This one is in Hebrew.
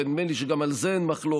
ונדמה לי שגם על זה אין מחלוקת,